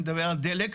אני מדבר על דלק,